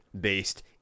based